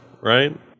right